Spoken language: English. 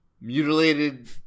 mutilated